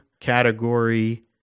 category